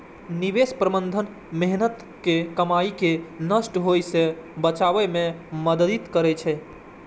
निवेश प्रबंधन मेहनतक कमाई कें नष्ट होइ सं बचबै मे मदति करै छै